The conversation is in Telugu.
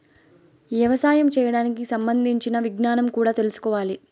యవసాయం చేయడానికి సంబంధించిన విజ్ఞానం కూడా తెల్సుకోవాలి